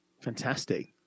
Fantastic